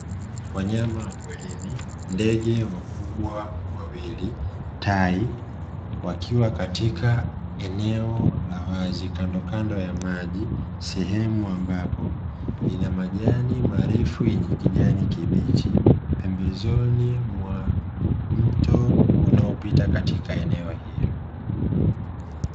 Wanyama wa porini ndege wakubwa wawili tai, wakiwa katika eneo la wazi kandokando ya maji sehemu ambapo ina majani marefu yenye kijani kibichi, pembezoni mwa mto unaopita katika eneo hilo.